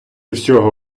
всього